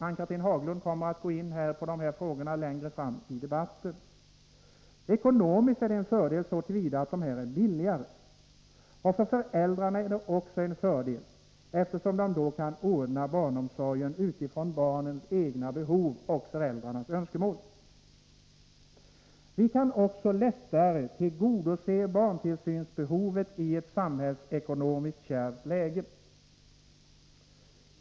Ann-Cathrine Haglund kommer att närmare gå in på de här frågorna längre fram i debatten. Ekonomiskt innebär de enskilda daghemmen en fördel så till vida att de är billigare. För föräldrarna innebär det en fördel, eftersom de då kan ordna barnomsorgen utifrån barnens egna behov och föräldrarnas önskemål. Vi kan också lättare tillgodose barntillsynsbehovet i ett samhälls ekonomiskt kärvt läge.